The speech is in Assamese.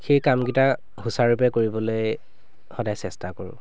সেই কামকেইটা সুচাৰুৰূপে কৰিবলৈ সদায় চেষ্টা কৰোঁ